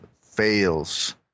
fails